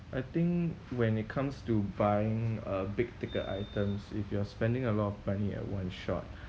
I think when it comes to buying uh big ticket items if you're spending a lot of money at one shot